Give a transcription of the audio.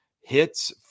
hits